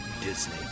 Disney